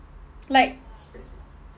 like